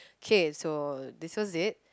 okay so this was it